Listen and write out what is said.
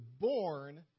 born